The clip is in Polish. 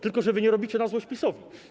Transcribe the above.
Tylko że wy nie robicie na złość PiS-owi.